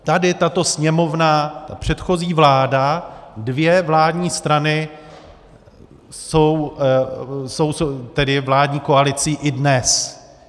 Tady tato Sněmovna, předchozí vláda, dvě vládní strany jsou vládní koalicí i dnes.